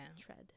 Tread